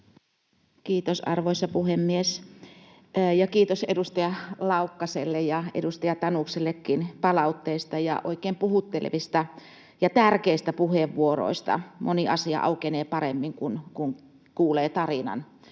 Kiitos, arvoisa puhemies! Kiitos edustaja Laukkaselle ja edustaja Tanuksellekin palautteesta ja oikein puhuttelevista ja tärkeistä puheenvuoroista. Moni asia aukenee paremmin, kun kuulee tarinan